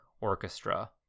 orchestra